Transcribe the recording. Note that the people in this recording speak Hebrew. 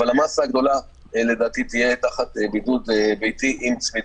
אבל המסה הגדולה לדעתי תהיה תחת בידוד ביתי עם צמידים.